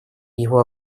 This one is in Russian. его